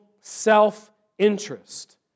self-interest